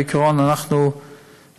בעיקרון אנחנו מתקדמים.